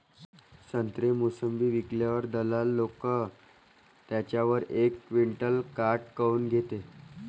संत्रे, मोसंबी विकल्यावर दलाल लोकं त्याच्यावर एक क्विंटल काट काऊन घेते?